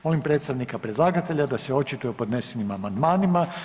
Molim predstavnika predlagatelja da se očituje o podnesenim amandmanima.